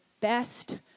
best